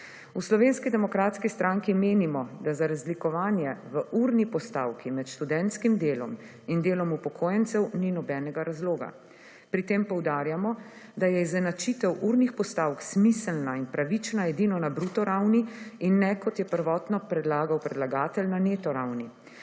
za uro dela. V SDS menimo, da za razlikovanje v urni postavki med študentskim delom in delom upokojencev ni nobenega razloga. Pri tem poudarjamo, da je izenačitev urnih postavk smiselna in pravično edina na bruto ravni in ne kot je prvotno predlagal predlagatelj na neto ravni.